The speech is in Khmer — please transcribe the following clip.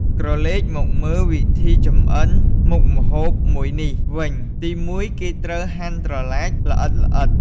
ក្រឡេកមកមើលវិធីចម្អិនមុខម្ហូបនេះវិញ ទីមួយគេត្រូវហាន់ត្រឡាចល្អិតៗ។